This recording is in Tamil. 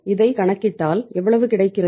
இதை கணக்கிட்டால் எவ்வளவு கிடைக்கிறது